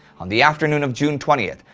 on the afternoon of june twentieth,